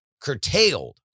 curtailed